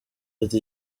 ati